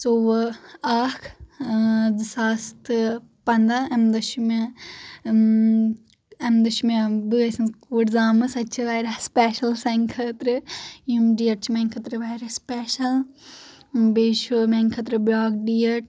ژوٚوُہ اکھ زٕ ساس تہٕ پنٛدہ امہِ دۄہ چھ مےٚ امہِ دۄہ چھِ مےٚ بٲے سٕنٛز کوٗر زامٕژ سۄ تہِ چھ واریاہ سُپیشل سانہِ خٲطرٕ یم ڈیٹ چھ میانہِ خٲطرٕ واریاہ سُپیشل بیٛیہِ چھُ میانہِ خٲطرٕ بیاکھ ڈیٹ